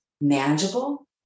manageable